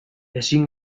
ezin